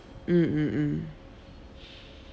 mm mm mm